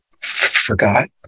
forgot